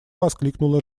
воскликнула